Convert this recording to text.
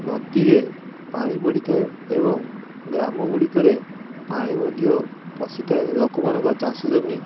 ନଦୀରେ ପାଣି ବଢ଼ିଥାଏ ଏବଂ ଗ୍ରାମଗୁଡ଼ିକରେ ପାଣି ମଧ୍ୟ ପଶିଥାଏ ଲୋକମାନଙ୍କ ଚାଷ ଜମି